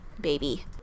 baby